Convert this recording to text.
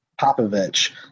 Popovich